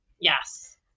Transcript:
Yes